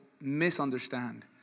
misunderstand